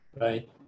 right